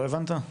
לא הבנת?